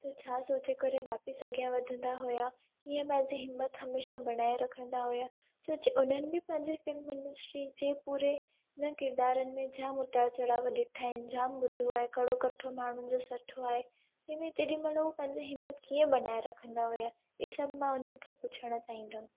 त छा सोचे करे वापसि अॻियां वधंदा हुआ कीअं पंहिंजी हिमत हमेशह बढ़ाए रखंदा हुआ छो उन्हनि बि पंहिंजे फिल्म इंडस्ट्री जे पूरे हुन किरदारनि में जाम उतार चढ़ाव ॾिठा आहिनि जाम ॿुधो आहे कड़ो कठो माण्हुनि जो सठो आहे जंहिंमें तेॾी महिल उहे पंहिंजे हिमत कीअं बनाए रखंदा हुआ इहे सभु मां उन्हनि खां पुछणु चाहींदमि